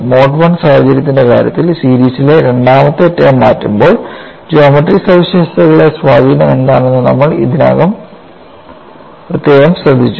mode I സാഹചര്യത്തിന്റെ കാര്യത്തിൽ സീരീസിലെ രണ്ടാമത്തെ ടേം മാറുമ്പോൾ ജ്യോമട്രി സവിശേഷതകളിലെ സ്വാധീനം എന്താണെന്ന് നമ്മൾ പ്രത്യേകം ശ്രദ്ധിച്ചു